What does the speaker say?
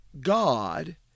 God